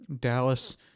Dallas